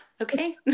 okay